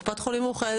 קופת החולים מאוחדת,